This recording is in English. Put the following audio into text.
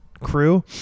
crew